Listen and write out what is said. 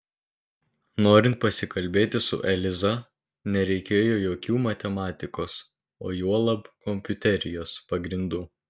norint pasikalbėti su eliza nereikėjo jokių matematikos o juolab kompiuterijos pagrindų